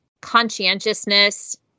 conscientiousness